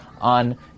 on